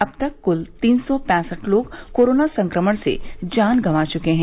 अब तक कुल तीन सौ पैंसठ लोग कोरोना संक्रमण से जान गंवा चुके हैं